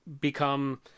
become